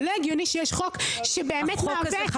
זה לא הגיוני שיש חוק שבאמת מהווה